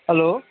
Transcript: hello